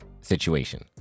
situation